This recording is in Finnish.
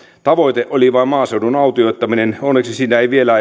tavoite oli vain maaseudun autioittaminen onneksi siinä ei vielä